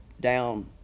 down